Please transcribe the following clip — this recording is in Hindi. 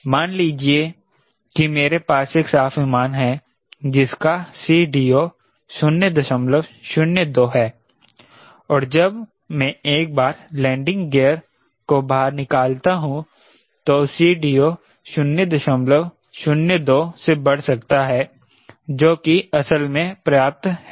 मान लीजिए कि मेरे पास एक साफ विमान है जिसका CDO 002 है और जब मे एक बार लैंडिंग गियर को बाहर निकालता हूं तो CDO 002 से बढ़ सकता है जो कि असल में पर्याप्त हैं